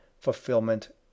fulfillment